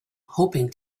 hoping